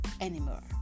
anymore